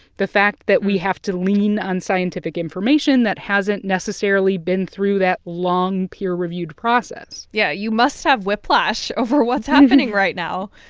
the fact that we have to lean on scientific information that hasn't necessarily been through that long peer-reviewed process yeah, you must have whiplash over what's happening right now.